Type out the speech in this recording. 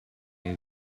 may